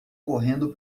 correndo